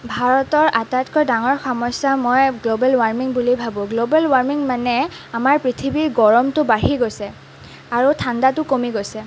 ভাৰতৰ আটাইতকৈ ডাঙৰ সমস্যা মই গ্ল'বেল ৱাৰ্মিং বুলি ভাবোঁ গ্ল'বেল ৱাৰ্মিং মানে আমাৰ পৃথিৱীৰ গৰমটো বাঢ়ি গৈছে আৰু ঠাণ্ডাটো কমি গৈছে